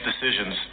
decisions